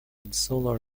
insular